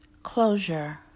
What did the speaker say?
Closure